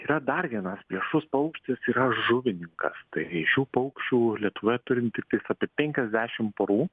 yra dar vienas plėšrus paukštis yra žuvininkas tai šių paukščių lietuvoje turim tiktais apie penkiasdešim porų